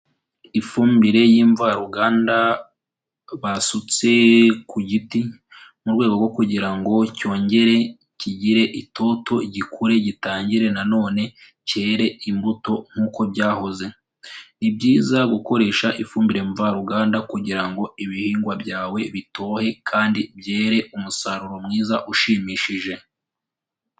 Ifumbire y'imvaruganda basutse ku giti, mu rwego rwo kugira ngo cyongere kigire itoto, gikure, gitangire na none cyere imbuto nk'uko byahoze. Ni byiza gukoresha ifumbire mvaruganda kugira ngo ibihingwa byawe bitohe kandi byere umusaruro mwiza ushimishije.